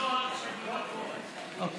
אני